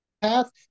path